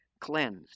cleansed